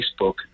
Facebook